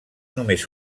només